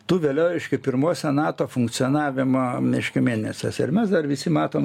tu vėliau reiškia pirmoj senato funkcionavimo reiškia mėnesiuose ir mes dar visi matom